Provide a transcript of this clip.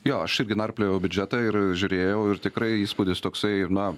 jo aš irgi narpliojau biudžetą ir žiūrėjau ir tikrai įspūdis toksai na